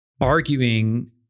arguing